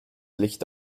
licht